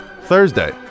Thursday